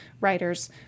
writers